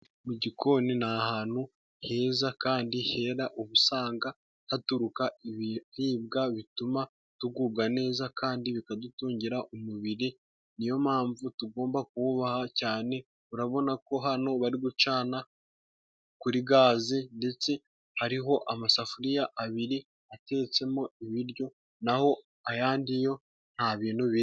Mu gikoni ni ahantu heza kandi hera, ubu usanga haturuka ibiribwa bituma tugubwa neza kandi bikadutungira umubiri, ni yo mpamvu tugomba kuhubaha cyane, urabona ko hano bari gucana kuri gaze ndetse hariho amasafuriya abiri atetsemo ibiryo, naho ayandi yo nta bintu birimo.